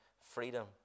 freedom